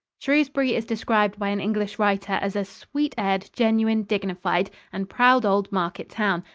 shrewsbury is described by an english writer as a sweet-aired, genuine, dignified and proud old market town,